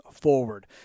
forward